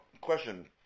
question